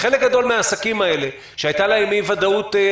חלק גדול מהעסקים האלה שהייתה להם אי-ודאות,